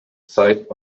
site